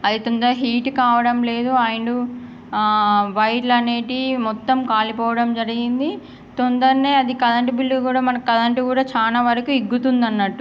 అది తొందరగా హీట్ కావడం లేదు అండ్ ఆ వైర్లు అనేటివి మొత్తం కాలిపోవడం జరిగింది తొందరగానే అది కరెంట్ బిల్లు కూడా మనకు కరెంట్ కూడా చానా వరకు ఇగ్గుతుంది అన్నట్టు